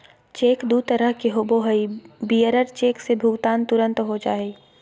cheque दू तरह के होबो हइ, बियरर चेक से भुगतान तुरंत हो जा हइ